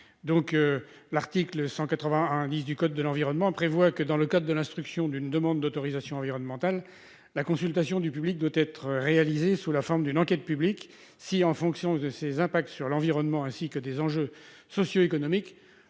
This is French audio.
public. L'article L. 181-10 du code de l'environnement prévoit que, dans le cadre de l'instruction d'une demande d'autorisation environnementale, la consultation du public doit être réalisée sous la forme d'une enquête publique si, en fonction de ses impacts sur l'environnement ainsi que des enjeux socio-économiques,